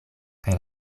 kaj